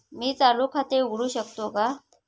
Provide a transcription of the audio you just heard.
मी चालू खाते उघडू शकतो का?